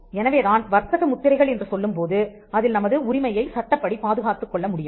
எனவேதான் வர்த்தக முத்திரைகள் என்று சொல்லும்போது அதில் நமது உரிமையை சட்டப்படி பாதுகாத்துக்கொள்ள முடியும்